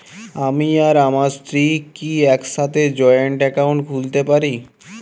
আমি আর আমার স্ত্রী কি একসাথে জয়েন্ট অ্যাকাউন্ট খুলতে পারি?